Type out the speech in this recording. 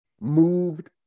moved